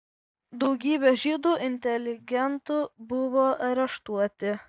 daugybė žydų inteligentų buvo areštuoti